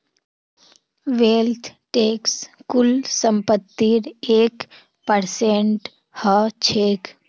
wealth tax कुल संपत्तिर एक परसेंट ह छेक